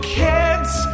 kids